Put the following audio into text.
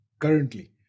currently